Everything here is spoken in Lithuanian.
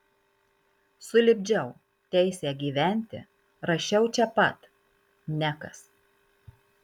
sulipdžiau teisę gyventi rašiau čia pat nekas